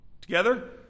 Together